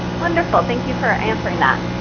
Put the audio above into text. wonderful. thank you for answering that.